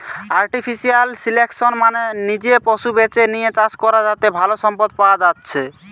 artificial selection মানে নিজে পশু বেছে লিয়ে চাষ করা যাতে ভালো সম্পদ পায়া যাচ্ছে